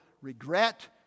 regret